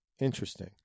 Interesting